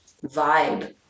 vibe